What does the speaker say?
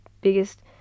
biggest